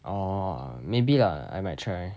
orh maybe lah I might try